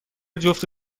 جفت